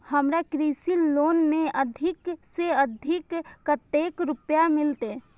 हमरा कृषि लोन में अधिक से अधिक कतेक रुपया मिलते?